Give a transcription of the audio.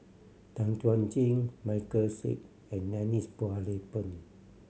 Tan Chuan Jin Michael Seet and Denise Phua Lay Peng